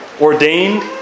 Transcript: ordained